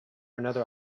another